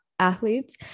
athletes